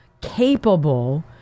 capable